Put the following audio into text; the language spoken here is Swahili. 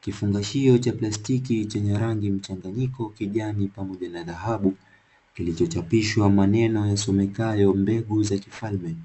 Kifungashio cha plastiki chenye rangi mchanganyiko, kijani pamoja na dhahabu, kilichochapishwa maneno yasomekayo mbegu za kifalme,